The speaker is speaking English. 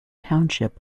township